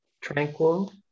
Tranquil